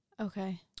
Okay